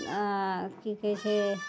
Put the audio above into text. आओर की कहय छै